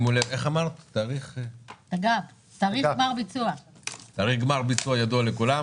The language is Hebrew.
תאריך גמר ביצוע ידוע לכולם,